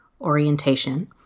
orientation